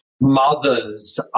mother's